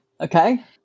Okay